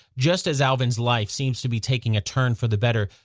just as alvin's life seems to be taking a turn for the better,